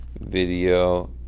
video